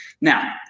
Now